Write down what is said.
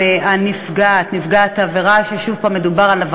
אדוני היושב-ראש, חברי